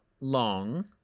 long